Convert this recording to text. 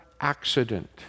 accident